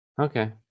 okay